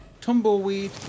Tumbleweed